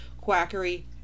quackery